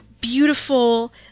beautiful